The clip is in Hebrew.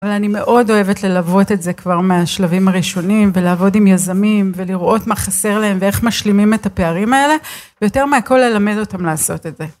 אבל אני מאוד אוהבת ללוות את זה כבר מהשלבים הראשונים, ולעבוד עם יזמים, ולראות מה חסר להם, ואיך משלימים את הפערים האלה, ויותר מהכל ללמד אותם לעשות את זה.